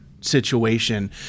situation